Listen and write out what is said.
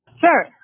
Sure